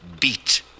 beat